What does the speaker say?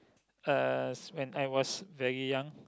uh when I was very young